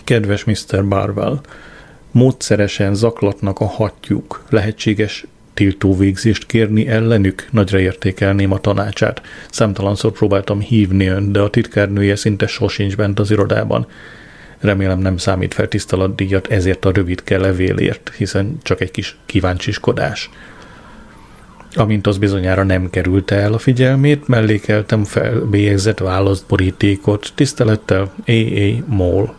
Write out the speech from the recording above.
Kedves Mr. Barwell, módszeresen zaklatnak a hatjuk. Lehetséges tiltó végzést kérni ellenük? Nagyra értékelném a tanácsát. Számtalanszor próbáltam hívni ön, de a titkárnője szinte sosincs bent az irodában. Remélem, nem számít fel tiszteletdíjat, ezért a rövid kelevélért, hiszen csak egy kis kíváncsiskodás. Amint az bizonyára nem kerülte el a figyelmét, mellékeltem felbélyegzett válaszborítékot. Tisztelettel, A.A. Moll.